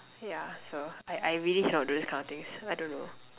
yeah so I I really cannot do this kind of things I don't know